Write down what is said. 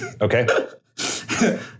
Okay